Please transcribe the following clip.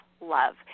love